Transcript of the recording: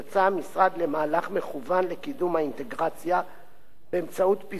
המשרד למהלך מכוון לקידום האינטגרציה באמצעות פיזור